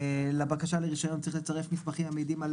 לבקשה לרישיון צריך לצרף מסמכים המעידים על